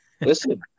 Listen